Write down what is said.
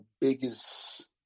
biggest